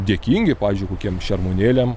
dėkingi pavyzdžiui kokiem šermuonėliam